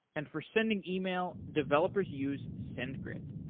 and for sending yeah e-mail, developers use sendgrid.